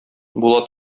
була